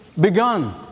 begun